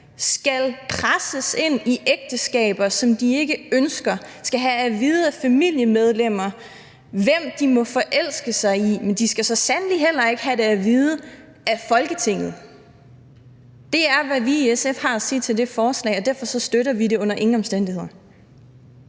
skal presses ind i ægteskaber, som de ikke ønsker, skal have at vide af familiemedlemmer, hvem de må forelske sig i. Men de skal så sandelig heller ikke have det at vide af Folketinget. Det er, hvad vi i SF har at sige til det forslag, og derfor støtter vi det under ingen omstændigheder.